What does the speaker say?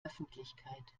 öffentlichkeit